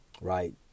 right